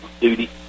duty